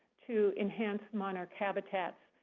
to enhance monarch habitats.